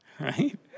right